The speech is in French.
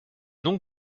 nom